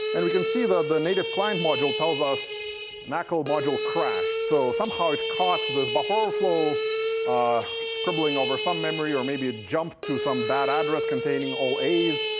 and we can see that the native client module tells us nacl module crash. crash. so somehow it caught this buffer flow scribbling over some memory, or maybe it jumped to some bad address containing all as.